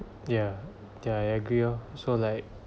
ya ya I agree oh so like